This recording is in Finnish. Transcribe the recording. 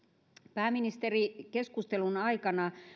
pääministeri keskustelun aikana